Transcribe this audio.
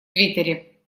твиттере